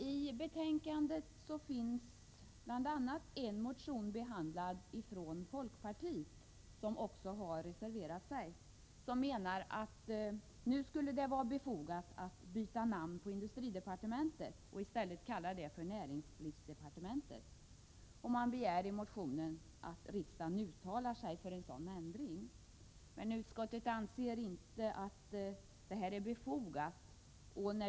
I betänkandet behandlas bl.a. en motion från folkpartiet, som också har reserverat sig, där man menar att det nu skulle vara befogat att byta namn på industridepartementet och i stället kalla det för näringslivsdepartementet. Man begär i motionen att riksdagen uttalar sig för en sådan ändring. Utskottet anser det inte befogat.